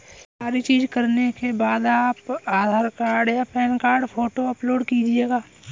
सारी चीजें करने के बाद आप आधार कार्ड या पैन कार्ड फोटो अपलोड कीजिएगा